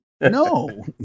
No